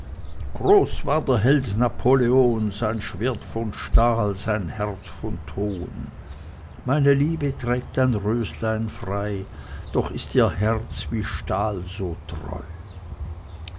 groß war der held napoleon sein schwert von stahl sein herz von ton meine liebe trägt ein röslein frei doch ist ihr herz wie stahl so treu